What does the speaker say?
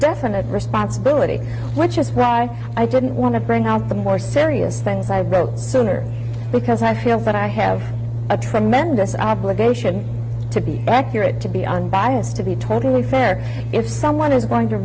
definite responsibility which is why i didn't want to bring out the more serious things i wrote sooner because i feel but i have a tremendous obligation to be accurate to be unbiased to be totally fair if someone is going to